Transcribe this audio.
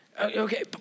Okay